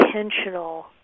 intentional